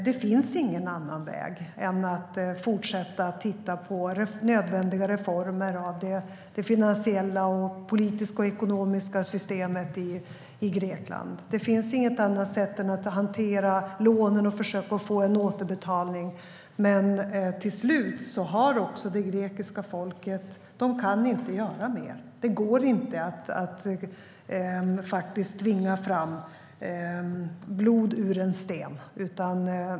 Det finns ingen annan väg än att fortsätta att titta på nödvändiga reformer av det finansiella, politiska och ekonomiska systemet i Grekland. Det finns inget annat sätt att hantera lånen och att försöka att få en återbetalning. Men till slut kan det grekiska folket inte göra mer. Det går inte att tvinga fram blod ur en sten.